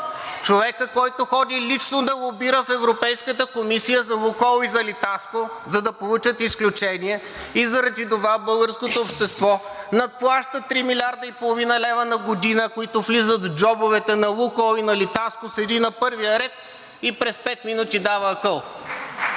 Човекът, който ходи лично да лобира в Европейската комисия за „Лукойл“ и „Литаско“, за да получат изключение, и заради това българското общество надплаща 3 милиарда и половина лева на година, които влизат в джобовете на „Лукойл“ и на „Литаско“ – седи на първия ред и през пет минути дава акъл.